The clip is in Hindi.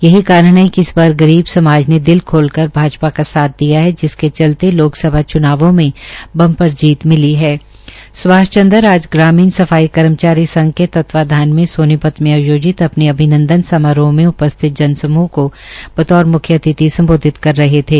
यही कारण ह कि इस बार गरीब समाज ने दिल खोलकर भाजपा का साथ दिया हग़ जिसके चलते लोकसभा च्नावों में बंपर जीत मिली हण सुभाष चंद्र आज ग्रामीण सफाई कर्मचारी संघ के तत्वावधान में सोनीपत में आयोजित अपने अभिनंदन समारोह में उपस्थित जनसमूह को बतौर मुख्य अतिथि संबोधित कर रहे थे